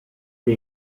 che